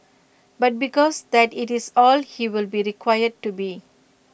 but because that IT is all he will be required to be